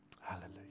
Hallelujah